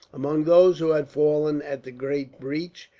among those who had fallen, at the great breach,